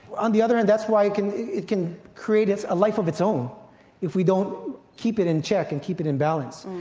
on the other hand that's why it can it can create a life of its own if we don't keep it in check and keep it in balance.